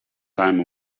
time